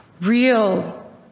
real